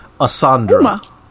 Asandra